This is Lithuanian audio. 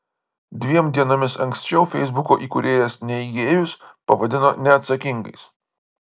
dviem dienomis anksčiau feisbuko įkūrėjas neigėjus pavadino neatsakingais